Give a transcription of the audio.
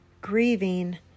grieving